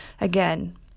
again